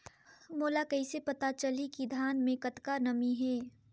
मोला कइसे पता चलही की धान मे कतका नमी हे?